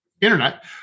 internet